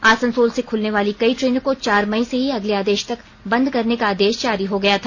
आसनसोल से खुलने वाली कई ट्रेनों को चार मई से ही अगले आदेश तक बंद करने का आदेश जारी हो गया था